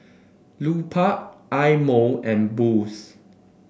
Lupark Eye Mo and Boost